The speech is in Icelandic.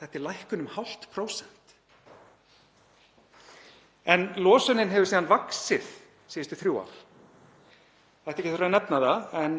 Þetta er lækkun um hálft prósent. En losunin hefur síðan vaxið síðustu þrjú ár. Það ætti ekki að þurfa að nefna það, en